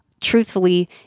truthfully